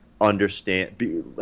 understand